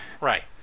Right